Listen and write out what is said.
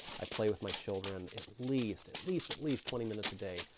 i play with my children, at least, at least, at least, twenty minutes a day.